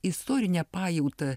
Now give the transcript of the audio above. istorinę pajautą